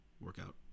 workout